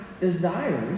desires